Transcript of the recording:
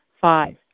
Five